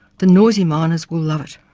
the noisy miners will love it.